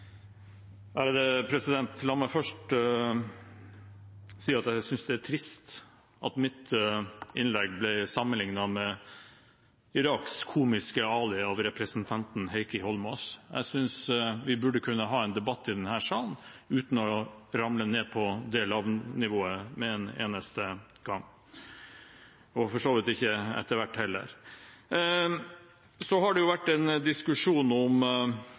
er trist at mitt innlegg ble sammenliknet med Iraks Komiske Ali av representanten Heikki Eidsvoll Holmås. Jeg synes vi burde kunne ha en debatt i denne salen uten å ramle ned på det lave nivået med en eneste gang, og for så vidt ikke etter hvert heller. Så har det vært en diskusjon om